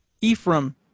Ephraim